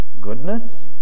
Goodness